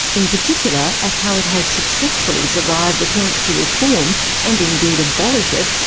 in particular, at how it has successfully survived attempts to reform and indeed abolish it,